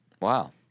Wow